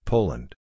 Poland